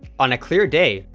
on a clear day,